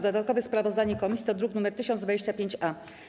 Dodatkowe sprawozdanie komisji to druk nr 1025-A.